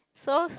so